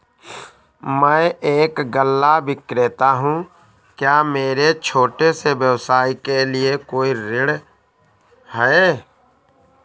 मैं एक गल्ला विक्रेता हूँ क्या मेरे छोटे से व्यवसाय के लिए कोई ऋण है?